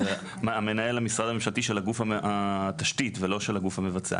מנהל המשרד של גוף התשתית ולא של הגוף המבצע,